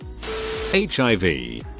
HIV